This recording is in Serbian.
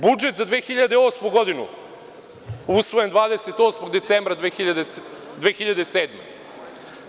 Budžet za 2008. godinu, usvojen 28. decembra 2007. godine.